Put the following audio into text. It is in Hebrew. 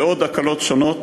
ועוד הקלות שונות.